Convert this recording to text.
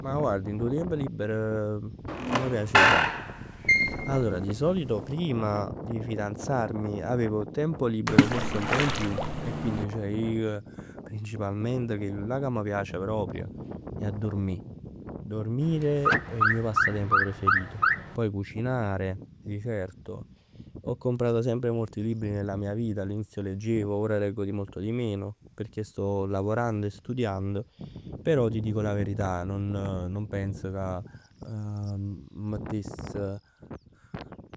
Ma guarda dint 'o tiemp libero che m' piace 'e fa. Di solito prima di fidanzarmi avevo tempo libero forse un pò in più e quindi ceh ij, principalmente chella'llà ca m' piace proprio è a durmì. Dormire è il mio passatempo preferito. Poi cucinare di certo. Ho comprato anche molti libri nella mia vita. All'inizio leggevo, ora leggo molto di meno. Perchè sto lavorando e studiando. Però ti dico la verità, nun pens ca m' mettess